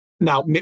Now